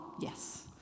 Yes